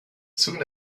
soon